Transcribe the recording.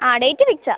ആ ഡേറ്റ് ഫിക്സാ